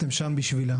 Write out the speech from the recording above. אתם שם בשבילם.